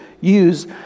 use